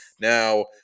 Now